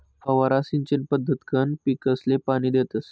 फवारा सिंचन पद्धतकंन पीकसले पाणी देतस